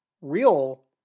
Real